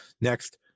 next